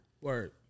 Word